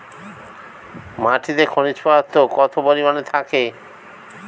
মাটিতে খনিজ পদার্থ কত পরিমাণে থাকে?